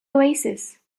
oasis